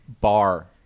bar